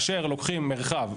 לוקחים מרחב,